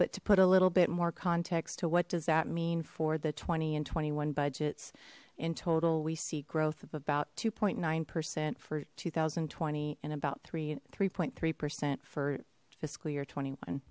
but to put a little bit more context to what does that mean for the twenty and twenty one budgets in total we see growth of about two point nine percent for two thousand and twenty and about three and three point three percent for fiscal year twenty one